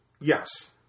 Yes